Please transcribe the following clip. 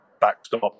backstop